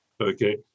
okay